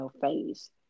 phase